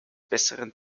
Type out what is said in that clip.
besseren